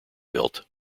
built